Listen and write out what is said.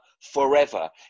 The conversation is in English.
forever